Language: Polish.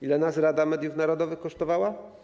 Ile nas Rada Mediów Narodowych kosztowała?